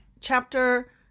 Chapter